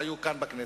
כן, אדוני,